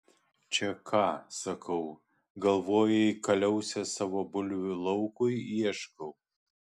čia ką sakau galvojai kaliausės savo bulvių laukui ieškau